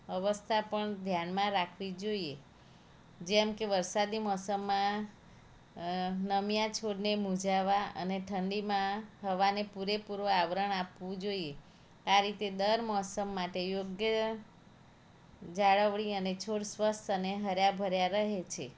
અવસ્થા પણ ધ્યાનમાં રાખવી જોઈએ જેમકે વરસાદી મોસમમાં નમ્યા છોડને મુરઝાવવા અને ઠંડીમાં હવાને પૂરેપૂરો આવરણ આપવું જોઈએ આ રીતે દર મોસમ માટે યોગ્ય જાળવણી અને છોડ સ્વસ્થ અને હર્યાભર્યા રહે છે